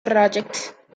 project